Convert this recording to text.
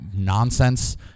nonsense